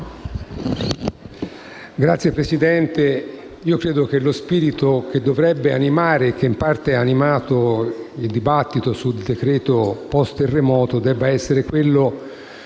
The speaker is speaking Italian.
Signor Presidente, credo che lo spirito che dovrebbe animare - e in parte ha animato - il dibattito sul decreto *post* terremoto debba essere quello